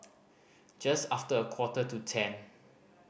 just after a quarter to ten